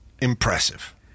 impressive